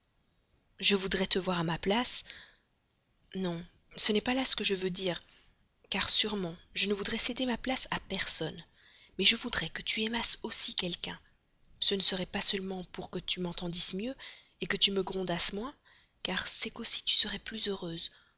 je voudrais te voir à ma place non ce n'est pas là ce que je veux dire car sûrement je ne voudrais céder ma place à personne mais je voudrais que tu aimasses aussi quelqu'un ce ne serait pas seulement pour que tu m'entendisses mieux que tu me grondasses moins mais c'est qu'aussi tu serais plus heureuse